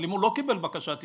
אבל אם הוא לא קיבל בקשת אישור,